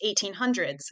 1800s